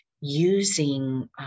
using